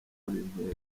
bintera